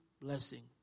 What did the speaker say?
blessing